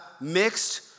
mixed